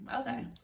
Okay